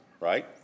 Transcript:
right